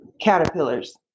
caterpillars